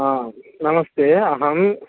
हा नमस्ते अहं